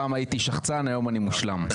פעם הייתי שחצן היום אני מושלם.